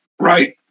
right